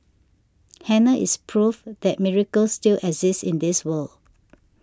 Hannah is proof that miracles still exist in this world